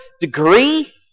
degree